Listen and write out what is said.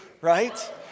right